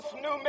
new